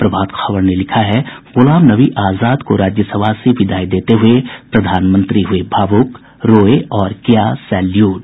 प्रभात खबर ने लिखा है गुलाम नबी आजाद को राज्यसभा से विदाई देते हुये प्रधानमंत्री हुये भावुक रोये और किया सैल्युट